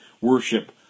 worship